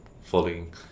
falling